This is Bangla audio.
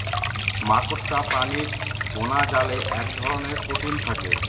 মাকড়সা প্রাণীর বোনাজালে এক ধরনের প্রোটিন থাকে